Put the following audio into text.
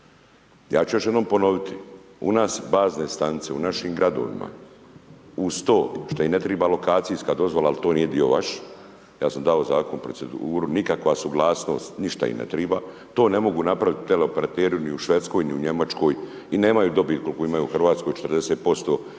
Ja ću još jednom ponoviti, u nas bazne stanice, u našim gradovima, uz to što im ne treba lokacijska dozvola, ali to nije dio vaš, ja sam dao zakon u proceduru, nikakva suglasnost, ništa im ne treba, to ne mogu napravit tele operateri ni u Švedskoj, ni u Njemačkoj i nemaju dobit kolku imaju u Hrvatskoj 40%